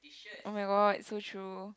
oh-my-god so true